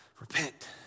Repent